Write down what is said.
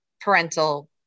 parental